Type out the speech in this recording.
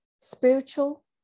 spiritual